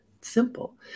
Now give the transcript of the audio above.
simple